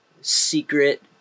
secret